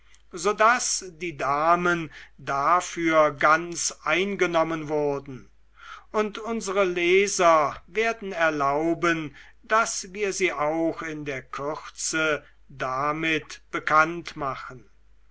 so daß die damen dafür ganz eingenommen wurden und unsere leser werden erlauben daß wir sie auch in der kürze damit bekannt machen